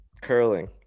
Curling